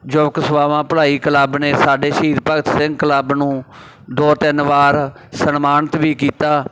ਜੋ ਕਿ ਸੇਵਾਵਾਂ ਭਲਾਈ ਕਲੱਬ ਨੇ ਸਾਡੇ ਸ਼ਹੀਦ ਭਗਤ ਸਿੰਘ ਕਲੱਬ ਨੂੰ ਦੋ ਤਿੰਨ ਵਾਰ ਸਨਮਾਨਿਤ ਵੀ ਕੀਤਾ